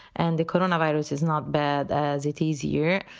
and the coronavirus is not bad as it is here.